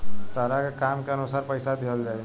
तहरा के काम के अनुसार पइसा दिहल जाइ